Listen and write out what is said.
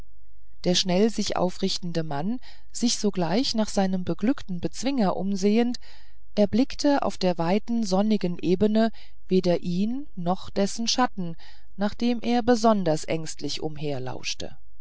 der schnell sich aufrichtende mann sich sogleich nach seinem beglückten bezwinger umsehend erblickte auf der weiten sonnigen ebene weder ihn noch dessen schatten nach dem er besonders ängstlich